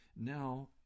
Now